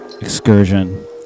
excursion